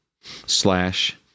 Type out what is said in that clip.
slash